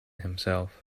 himself